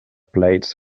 plates